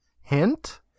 hint